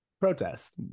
Protest